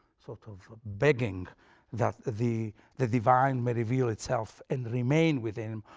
sort of begging that the the divine may reveal itself and remain with him.